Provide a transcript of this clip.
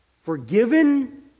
forgiven